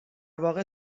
واقع